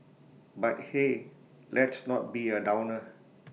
but hey let's not be A downer